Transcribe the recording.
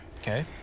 Okay